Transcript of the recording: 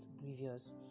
grievous